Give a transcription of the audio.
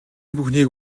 бүхнийг